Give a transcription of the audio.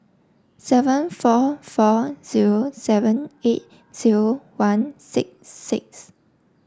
seven four four zero seven eight zero one six six